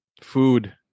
Food